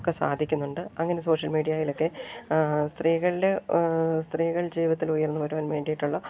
ഒക്കെ സാധിക്കുന്നുണ്ട് അങ്ങനെ സോഷ്യൽ മീഡിയയിലൊക്കെ സ്ത്രീകളുടെ സ്ത്രീകൾ ജീവിതത്തിൽ ഉയർന്ന് വരുവാൻ വേണ്ടിയിട്ടുള്ള